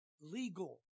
legal